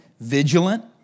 vigilant